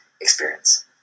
experience